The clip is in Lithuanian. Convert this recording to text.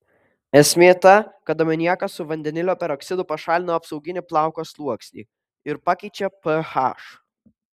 esmė ta kad amoniakas su vandenilio peroksidu pašalina apsauginį plauko sluoksnį ir pakeičia ph